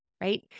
right